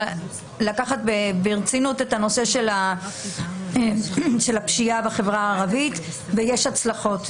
לקחת ברצינות את הנושא של הפשיעה בחברה הערבית ויש הצלחות.